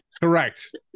Correct